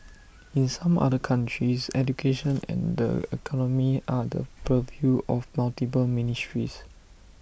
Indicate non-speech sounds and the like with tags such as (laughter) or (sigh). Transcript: in some other countries education (noise) and the economy are the purview of multiple ministries